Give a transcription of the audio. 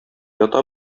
ята